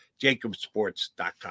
jacobsports.com